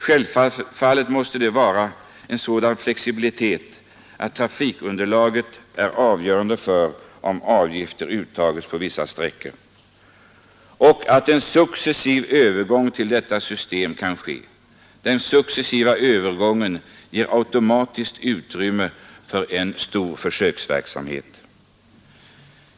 Självfallet måste det vara en sådan flexibilitet att trafikunderlaget är avgörande för om avgifter skall uttas på vissa sträckor och att en successiv övergång till detta system kan ske. Den successiva övergången ger automatiskt utrymme för en stor försöksverksamhet.